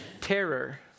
terror